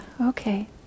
okay